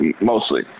mostly